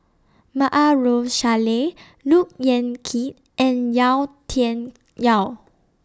Maarof Salleh Look Yan Kit and Yau Tian Yau